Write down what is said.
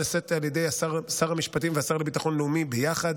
הנעשית על ידי שר המשפטים והשר לביטחון לאומי ביחד,